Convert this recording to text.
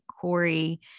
Corey